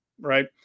right